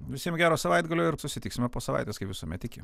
visiem gero savaitgalio ir susitiksime po savaitės kaip visuomet iki